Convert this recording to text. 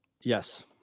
Yes